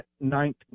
ninth